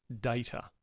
data